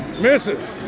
misses